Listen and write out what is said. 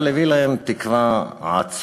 אבל הביא להם תקווה עצומה,